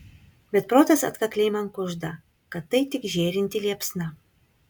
bet protas atkakliai man kužda kad tai tik žėrinti liepsna